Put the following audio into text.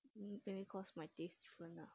me maybe cause my taste different ah